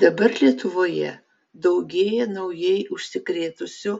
dabar lietuvoje daugėja naujai užsikrėtusių